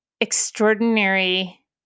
extraordinary